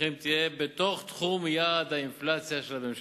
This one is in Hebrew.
המחירים תהיה בתוך תחום יעד האינפלציה של הממשלה.